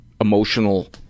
emotional